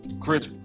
Chris